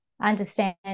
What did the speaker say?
understand